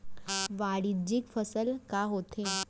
वाणिज्यिक फसल का होथे?